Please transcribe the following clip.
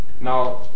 Now